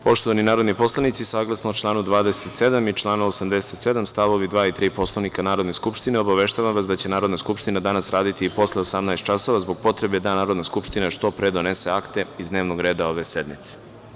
Poštovani narodni poslanici, saglasno članu 27. i članu 87. st. 2. i 3. Poslovnika Narodne skupštine, obaveštavam vas da će Narodna skupština danas raditi i posle 18.00 časova, zbog potrebe da Narodna skupština što pre donese akte iz dnevnog reda ove sednice.